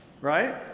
right